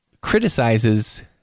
criticizes